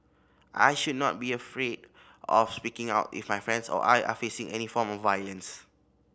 I should not be afraid of speaking out if my friends or I are facing any form of violence